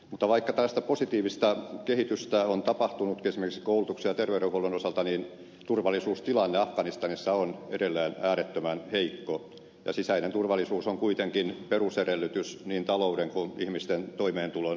mutta vaikka tällaista positiivista kehitystä on tapahtunutkin esimerkiksi koulutuksen ja terveydenhuollon osalta niin turvallisuustilanne afganistanissa on edelleen äärettömän heikko ja sisäinen turvallisuus on kuitenkin perusedellytys niin talouden kuin ihmisten toimeentulon kehittymiselle